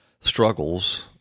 struggles